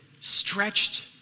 stretched